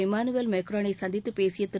Emmanuel மேக்ரோனை சந்தித்துப் பேசிய திரு